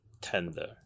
tender